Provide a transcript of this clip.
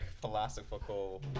philosophical